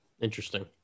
Interesting